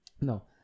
No